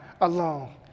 alone